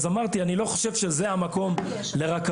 אז אמרתי אני לא חושב שזה המקום לרכבות,